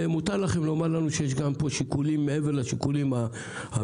מותר לכם לומר לנו שיש פה גם שיקולים מעבר לשיקולים המסחריים,